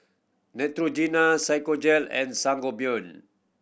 Neutrogena and Sangobion